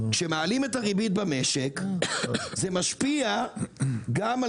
כשמעלים את הריבית במשק זה משפיע גם על